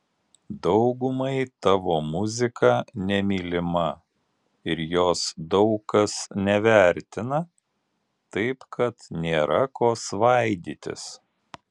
daugumai tavo muzika nemylima ir jos daug kas nevertina taip kad nėra ko svaidytis